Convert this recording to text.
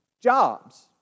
jobs